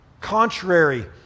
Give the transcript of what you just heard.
contrary